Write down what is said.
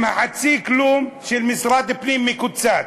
עם חצי כלום של משרד פנים מקוצץ.